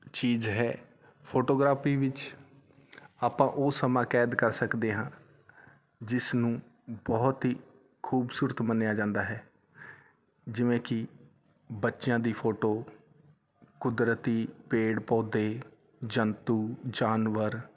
ਚੀਜ਼ ਹੈ ਫੋਟੋਗ੍ਰਾਫੀ ਵਿੱਚ ਆਪਾਂ ਉਹ ਸਮਾਂ ਕੈਦ ਕਰ ਸਕਦੇ ਹਾਂ ਜਿਸ ਨੂੰ ਬਹੁਤ ਹੀ ਖੂਬਸੂਰਤ ਮੰਨਿਆ ਜਾਂਦਾ ਹੈ ਜਿਵੇਂ ਕਿ ਬੱਚਿਆਂ ਦੀ ਫੋਟੋ ਕੁਦਰਤੀ ਪੇੜ ਪੌਦੇ ਜੰਤੂ ਜਾਨਵਰ